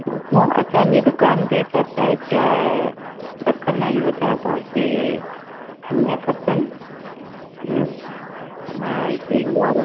अ न असांजी दुकानु ते सभु टाइप जा रखंदा आहियूं असां तव्हांखे कीअं खपनि जीअं हा हील वारो